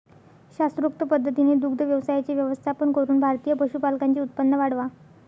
शास्त्रोक्त पद्धतीने दुग्ध व्यवसायाचे व्यवस्थापन करून भारतीय पशुपालकांचे उत्पन्न वाढवा